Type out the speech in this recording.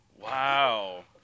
Wow